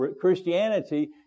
Christianity